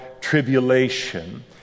tribulation